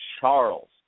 Charles